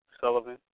Sullivan